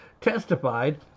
testified